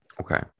Okay